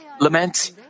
lament